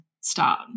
start